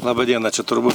laba diena čia turbūt